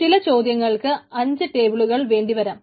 ചില ചോദ്യങ്ങൾക്ക് 5 ടേബിളുകൾ വേണ്ടി വരാം